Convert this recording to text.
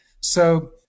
So-